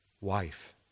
wife